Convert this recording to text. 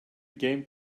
game